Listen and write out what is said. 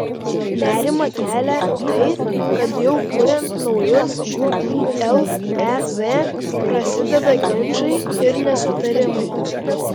nerimą kelią tai kad jau kuriant naujus lez prasideda ginčai ir nesutarimai